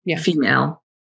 female